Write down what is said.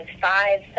five